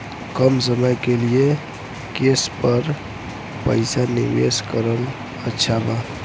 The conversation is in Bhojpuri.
कम समय के लिए केस पर पईसा निवेश करल अच्छा बा?